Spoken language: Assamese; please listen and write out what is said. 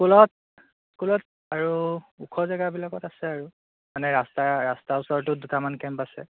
স্কুলত স্কুলত আৰু ওখ জেগাবিলাকত আছে আৰু মানে ৰাস্তা ৰাস্তাৰ ওচৰতো দুটামান কেম্প আছে